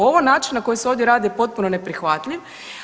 Ovo način na koji se ovdje radi je potpuno neprihvatljiv.